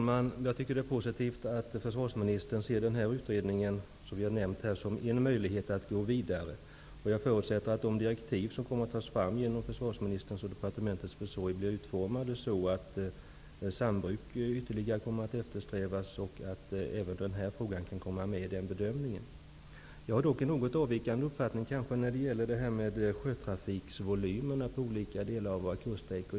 Herr talman! Det är positivt att försvarsministern ser den här utredningen som en möjlighet att gå vidare i frågan. Jag förutsätter att de direktiv som kommer att lämnas genom försvarsministerns och departementets försorg blir utformade så att sambruk ytterligare kommer att eftersträvas. Jag förutsätter vidare att denna fråga också kan komma med i bedömningen. Jag har dock en något avvikande uppfattning när det gäller sjötrafikens volymer för olika delar av våra kuststräckor.